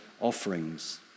offerings